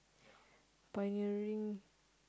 pioneering